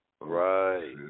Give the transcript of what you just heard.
Right